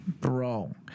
Bro